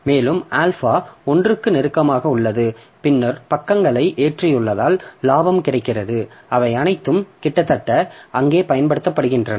மேலும் ஆல்பா ஒன்றுக்கு நெருக்கமாக உள்ளது பின்னர் பக்கங்களை ஏற்றியுள்ளதால் லாபம் கிடைக்கிறது அவை அனைத்தும் கிட்டத்தட்ட அங்கே பயன்படுத்தப்படுகின்றன